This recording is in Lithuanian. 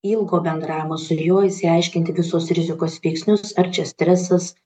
ilgo bendravimo su juo išsiaiškinti visus rizikos veiksnius ar čia stresas